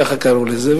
כך קראו לזה.